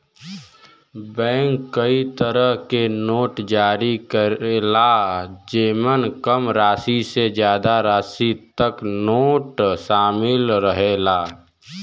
bank कई तरे क नोट जारी करला जेमन कम राशि से जादा राशि तक क नोट शामिल रहला